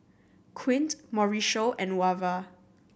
Quint Mauricio and Wava